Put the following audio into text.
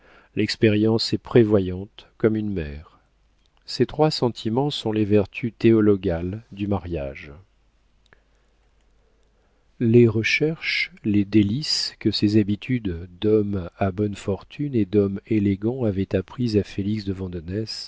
l'expérience est prévoyante comme une mère ces trois sentiments sont les vertus théologales du mariage les recherches les délices que ses habitudes d'homme à bonnes fortunes et d'homme élégant avaient apprises à félix de